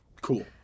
Cool